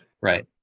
Right